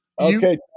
Okay